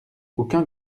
aucun